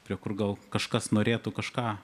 prie kur gal kažkas norėtų kažką